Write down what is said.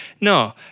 No